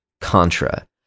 Contra